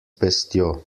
pestjo